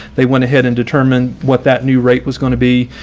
they went ahead and determine what that new rate was going to be.